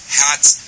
hats